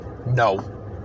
No